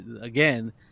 again